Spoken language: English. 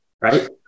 Right